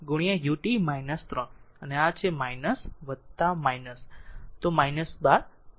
તેથી 4 t 3 ut 3 અને આ છે